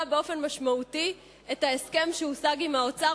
באופן משמעותי את ההסכם שהושג עם האוצר,